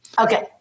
Okay